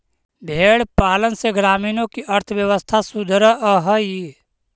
भेंड़ पालन से ग्रामीणों की अर्थव्यवस्था सुधरअ हई